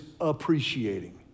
appreciating